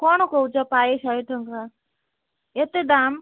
କଣ କହୁଛ ପାଏ ଶହେ ଟଙ୍କା ଏତେ ଦାମ୍